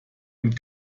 und